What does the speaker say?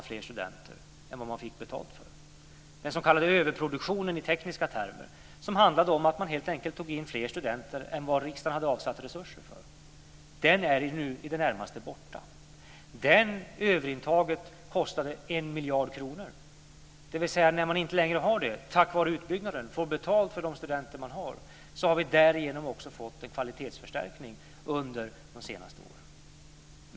Den s.k. överproduktionen i tekniska termer, som handlade om att man tog in fler studenter än vad riksdagen hade avsatt resurser för, är nu i det närmaste borta. Det överintaget kostade 1 miljard kronor, dvs. när man inte längre har överintaget, tack vare utbyggnaden, och får betalt för de studenter som finns, har vi därigenom under de senaste åren fått en kvalitetsförstärkning.